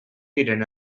diren